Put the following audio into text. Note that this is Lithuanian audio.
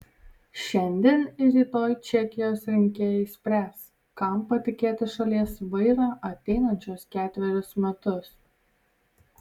šiandien ir rytoj čekijos rinkėjai spręs kam patikėti šalies vairą ateinančius ketverius metus